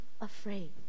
afraid